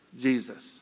Jesus